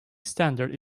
standard